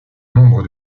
nombre